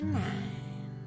nine